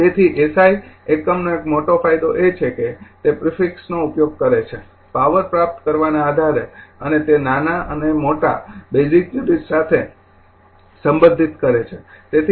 તેથી એસઆઈ એકમનો એક મોટો ફાયદો એ છે કે તે પ્રિફિક્સ નો ઉપયોગ કરે છે પાવર પ્રાપ્ત કરવાના આધારે અને તે નાના અને મોટા એકમો બેઝિક યુનિટ્સ સાથે સંબંધિત કરે છે